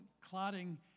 clotting